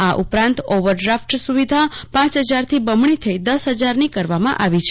આ ઉપરાંત ઓવરડ્રાફૂટ સ્ત્રવિધા પાંચ હજારથી બમણી થઇ દસ હજાર કરવામાં આવી છે